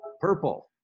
purple